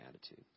attitude